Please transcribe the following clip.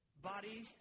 body